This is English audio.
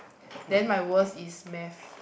then my worst is math